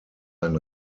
ein